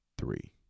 three